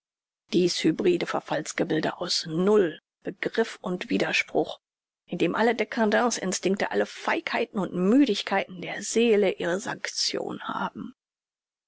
dies hybride verfalls gebilde aus null begriff und widerspruch in dem alle dcadence instinkte alle feigheiten und müdigkeiten der seele ihre sanktion haben